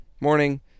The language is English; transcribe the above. Morning